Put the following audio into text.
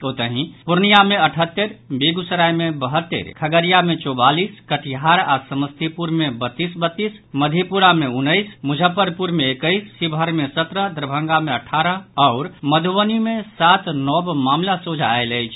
ओतहि पूर्णियां मे अठहत्तरि बेगूसराय मे बहत्तरि खगड़िया मे चौवालीस कटिहार आ समस्तीपुर मे बत्तीस बत्तीस मधेपुरा मे उन्नैस मुजफ्फरपुर मे एक्कैस शिवहर मे सत्रह दरभंगा मे अठारह आओर मधुबनी मे सात नव मामिला सोझा आयल अछि